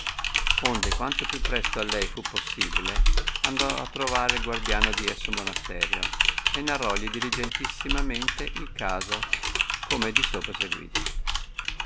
onde quanto più presto a lei fu possibile andò a trovare il guardiano di esso monasteri o e narrògli diligentisssimamente il caso come è disopra seguito